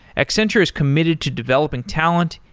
accenture is committed to developing talent,